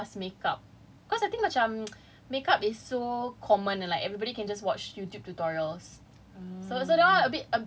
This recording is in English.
apa embroidery the worst was makeup cause I think macam is so common like everybody can just watch YouTube tutorials